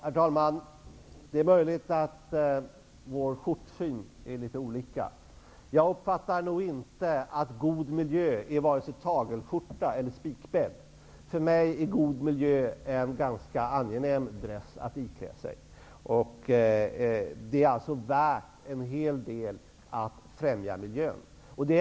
Herr talman! Det är möjligt att vår skjortsyn är litet olika. Jag uppfattar inte att god miljö är vare sig tagelskjorta eller spikbädd. För mig är god miljö en ganska angenäm dress att ikläda sig och värt en hel del för att främja miljön.